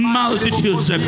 multitudes